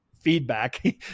feedback